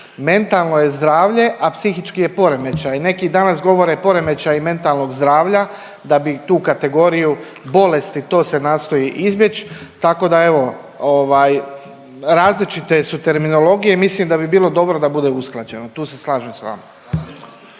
Mentalno je zdravlje, a psihički je poremećaj i neki danas govore poremećaji mentalnog zdravlja da bi tu kategoriju bolesti, to se nastoji izbjeć tako da evo ovaj različite su terminologije i mislim da bi bilo dobro da bude usklađeno, tu se slažem s vama.